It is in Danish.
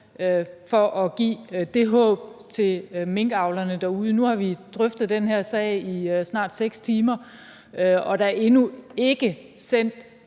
for at give det håb til minkavlerne derude. Nu har vi drøftet den her sag i snart 6 timer, og der er endnu ikke sendt